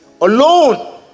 alone